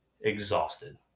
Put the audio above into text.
exhausted